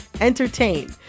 entertain